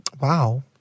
Wow